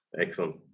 Excellent